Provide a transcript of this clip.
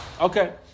okay